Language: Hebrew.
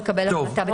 הוא יכול לקבל החלטה.